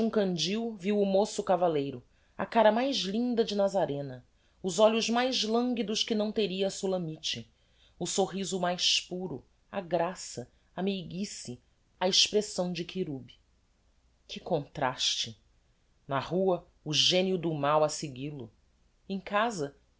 candil viu o moço cavalleiro a cara mais linda de nazarena os olhos mais languidos que não teria a sulamite o sorriso mais puro a graça a meiguice a expressão de quirub que contraste na rua o genio do mal a seguil-o em casa